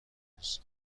روز